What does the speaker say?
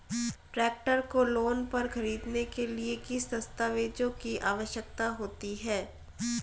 Tractor को loan पर खरीदने के लिए किन दस्तावेज़ों की आवश्यकता होती है?